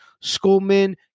schoolmen